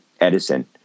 Edison